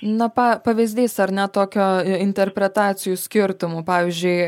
na pa pavyzdys ar ne tokio interpretacijų skirtumų pavyzdžiui